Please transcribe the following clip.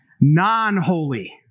non-holy